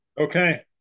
okay